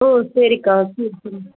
ஓ சரிக்கா சரி சரி